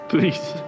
Please